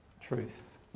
truth